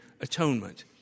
atonement